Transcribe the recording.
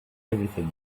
everything